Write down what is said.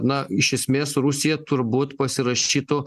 na iš esmės rusija turbūt pasirašytų